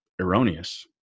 erroneous